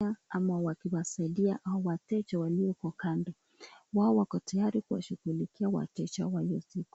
Ama wakiwasaidia hao wateja walio huko kando, wao wako tayari kuwashughulikia wateja wa hiyo siku.